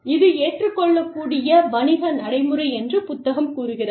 இது ஏற்றுக்கொள்ளக்கூடிய வணிக நடைமுறை என்று புத்தகம் கூறுகிறது